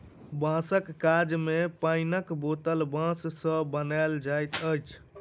बाँसक काज मे पाइनक बोतल बाँस सॅ बनाओल जाइत अछि